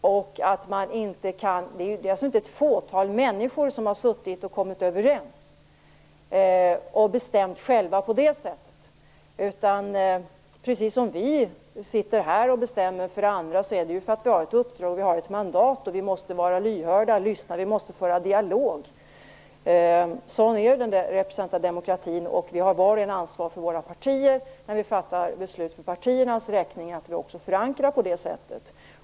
Det är ju inte ett fåtal personer som har suttit ned och diskuterat, kommit överens och på det sättet själva bestämt. Det är för dem precis som för oss här som bestämmer för andra. Vi har ju ett uppdrag, mandat, och vi måste vara lyhörda lyssnare och föra en dialog. Sådan är den representativa demokratin. Var och en av oss har ett ansvar gentemot våra partier när vi fattar beslut för partiernas räkning. Det gäller då att också förankra det hela.